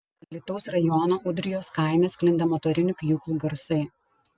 alytaus rajono ūdrijos kaime sklinda motorinių pjūklų garsai